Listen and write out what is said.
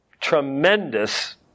tremendous